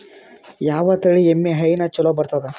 ಯಾವ ತಳಿ ಎಮ್ಮಿ ಹೈನ ಚಲೋ ಬರ್ತದ?